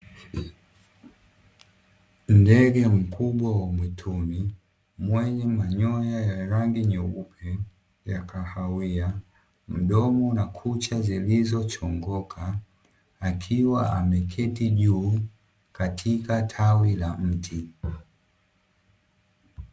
Ndege mkubwa wa mituni mwenye manyoya ya rangi nyeupe na kahawia, mdomo na kucha zilizochongoka, akiwa ameketi juu katika tawi la mti.